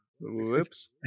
whoops